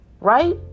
right